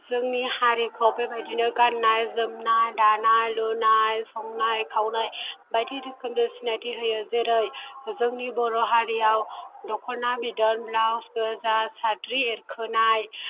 जोंनि हारिखौ बेबायदिनो गाननाय जोमनाय दानाय लुनाय संनाय खावनाय बायदि रोखोमजों सिनायथि होयो जेरै जोंनि बर' हारियाव दख'ना बिदन ब्लाउस गोजा साद्रि एरखोनाय